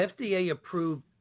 FDA-approved